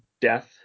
death